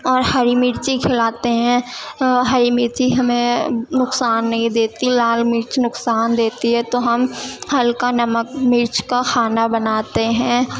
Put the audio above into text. اور ہری مرچی کھلاتے ہیں ہری مرچی ہمیں نقصان نہیں دیتی لال مرچ نقصان دیتی ہے تو ہم ہلکا نمک مرچ کا کھانا بناتے ہیں